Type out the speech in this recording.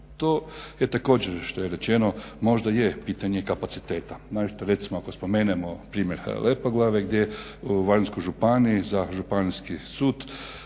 To je također što je rečeno, možda je pitanje kapaciteta naročito recimo ako spomenemo primjer Lepoglave gdje u Varaždinskoj županiji za Županijski sud